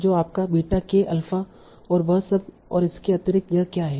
तो आपका beta k alpha और वह सब और इसके अतिरिक्त यहाँ क्या है